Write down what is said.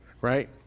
right